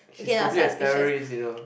she's probably a terrorist you know